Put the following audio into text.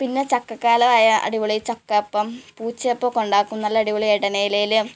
പിന്നെ ചക്ക കാലമായാൽ അടിപൊളി ചക്ക അപ്പം പൂച്ചയപ്പമൊക്കെ ഉണ്ടാക്കും നല്ല അടിപൊളിയായിട്ട് തന്നെ ഇലയിൽ